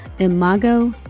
Imago